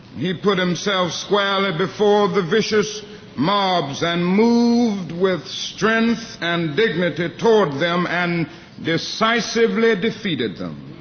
he put himself squarely before the vicious mobs and moved with strength and dignity toward them and decisively defeated them.